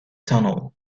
tunnel